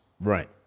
Right